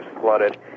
flooded